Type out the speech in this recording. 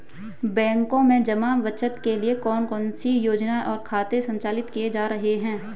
बैंकों में जमा बचत के लिए कौन कौन सी योजनाएं और खाते संचालित किए जा रहे हैं?